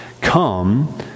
come